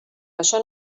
això